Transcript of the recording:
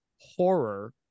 horror